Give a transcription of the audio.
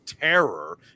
terror